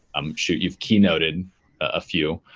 i'm sure you've keynoted a few.